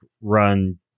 run